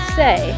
say